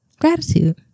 gratitude